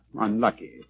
unlucky